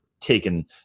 taken